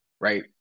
right